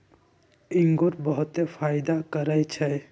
इंगूर बहुते फायदा करै छइ